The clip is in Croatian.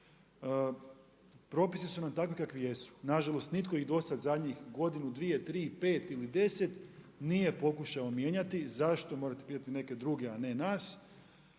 Propisi su nam takvi kakvi jesu. Nažalost, nitko do sada za njih godinu, dvije, tri, pet ili deset nije pokušao mijenjati. Zašto? Morate pitati neke druge, a ne nas,